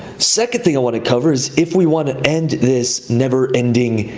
second thing i wanna cover is if we wanna end this never ending,